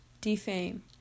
Defame